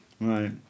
Right